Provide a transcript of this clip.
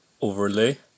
overlay